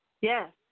Yes